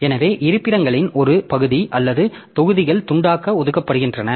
எனவே இருப்பிடங்களின் ஒரு பகுதி அல்லது தொகுதிகள் துண்டாக ஒதுக்கப்படுகின்றன